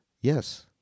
yes